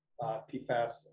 PFAS